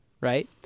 right